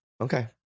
Okay